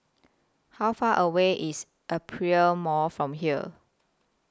How Far away IS Aperia Mall from here